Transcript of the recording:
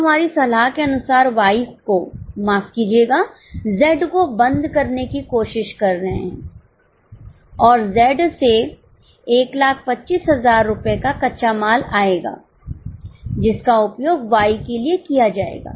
अब हमारी सलाह के अनुसार हम Y कोमाफ कीजिएगा Z को बंद करने की कोशिश कर रहे हैं और Z से 1 25 000 रुपये का कच्चा माल आएगा जिसका उपयोग Y के लिए किया जाएगा